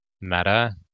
meta